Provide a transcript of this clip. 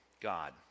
God